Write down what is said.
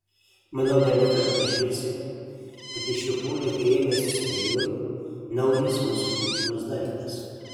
manau dar ne kartą išgirsime kad iš jo polėkio ėmė ir susidėliojo naujas mūsų kultūros daiktas